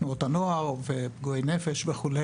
תנועות הנוער, פגועי נפש וכו'